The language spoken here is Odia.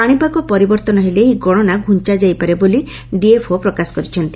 ପାଶିପାଗ ପରିବର୍ଭନ ହେଲେ ଏହି ଗଶନା ଘୁଞାଯାଇପାରେ ବୋଲି ଡିଏଫ୍ଓ ପ୍ରକାଶ କରିଛନ୍ତି